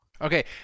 Okay